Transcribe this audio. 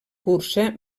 cursa